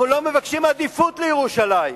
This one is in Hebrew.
אנחנו לא מבקשים עדיפות לירושלים,